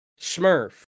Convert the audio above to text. Smurf